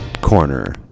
Corner